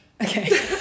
Okay